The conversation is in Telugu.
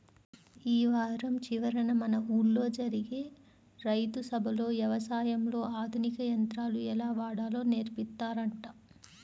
యీ వారం చివరన మన ఊల్లో జరిగే రైతు సభలో యవసాయంలో ఆధునిక యంత్రాలు ఎలా వాడాలో నేర్పిత్తారంట